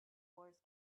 wars